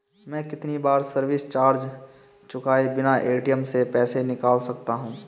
मैं कितनी बार सर्विस चार्ज चुकाए बिना ए.टी.एम से पैसे निकाल सकता हूं?